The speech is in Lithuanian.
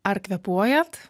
ar kvėpuojat